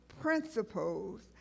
principles